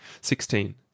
sixteen